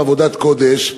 עבודת קודש.